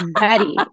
ready